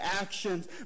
actions